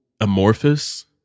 amorphous